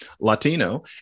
Latino